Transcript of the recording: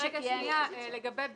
לגבי (ב),